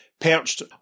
perched